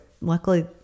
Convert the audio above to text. luckily